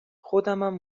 خودمم